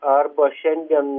arba šiandien